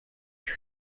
your